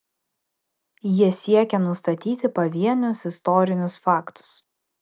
jie siekią nustatyti pavienius istorinius faktus